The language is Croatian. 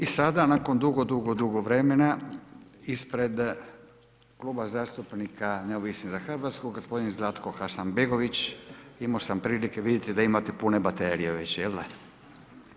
I sada nakon dugo, dugo, dugo vremena ispred Kluba zastupnika Neovisnih za Hrvatsku gospodin Zlatko Hasanbegović, imao sam prilike vidjeti da imate pune baterije već jel da.